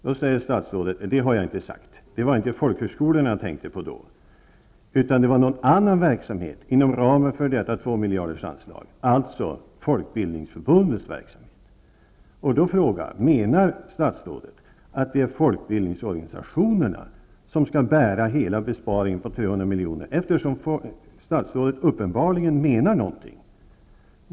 Då säger statsrådet: Det har jag inte sagt, det var inte folkhögskolorna som jag tänkte på, utan någon annan verksamhet inom ramen för tvåmiljardersanslaget, alltså folkbildningsförbundets verksamhet. Menar statsrådet att det är folkbildningsorganisationerna som skall bära hela besparingen på 300 milj.kr., eftersom statsrådet uppenbarligen menar någonting?